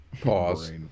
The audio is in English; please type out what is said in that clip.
pause